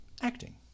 acting